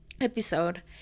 episode